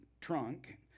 trunk